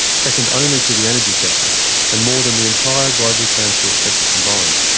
second only to the energy sector and more than the entire global transport sector combined.